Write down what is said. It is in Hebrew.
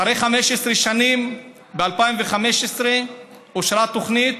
אחרי 15 שנים, ב-2015, אושרה תוכנית.